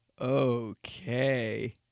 okay